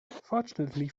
fortunately